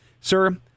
Sir